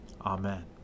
Amen